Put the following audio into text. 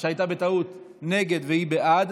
שהייתה בטעות נגד והיא בעד,